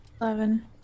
Eleven